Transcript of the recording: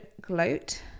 gloat